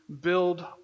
build